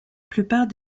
plupart